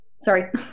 sorry